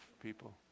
people